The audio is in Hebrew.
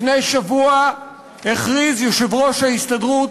לפני שבוע הכריז יושב-ראש ההסתדרות